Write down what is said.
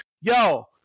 yo